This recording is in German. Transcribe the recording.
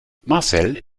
marcel